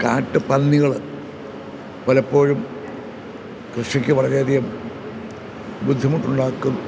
കാട്ടുപന്നികൾ പലപ്പോഴും കൃഷിക്ക് വളരെയധികം ബുദ്ധിമുട്ടുണ്ടാക്കും